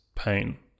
pain